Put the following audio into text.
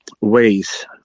ways